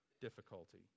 difficulty